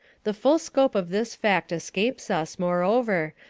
the full scope of this fact escapes us, moreover,